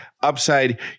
upside